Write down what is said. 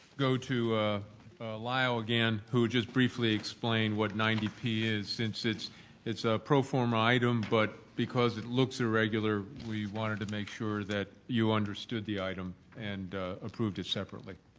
go to lyle again who just briefly explained what ninety p is since it's it's a pro-form item but because it looks irregular we wanted to make sure that you understood the item and approve it separately.